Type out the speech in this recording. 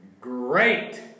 great